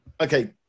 okay